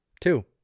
Two